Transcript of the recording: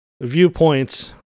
viewpoints